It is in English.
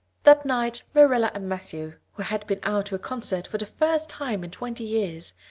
that night marilla and matthew, who had been out to a concert for the first time in twenty years,